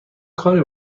کاری